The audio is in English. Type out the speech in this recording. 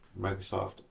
Microsoft